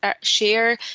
share